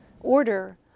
order